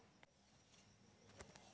मोंटीक अफ्रीकी वृक्षेर पर शोध करना छ